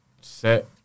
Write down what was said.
Set